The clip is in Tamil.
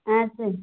ஆ சரி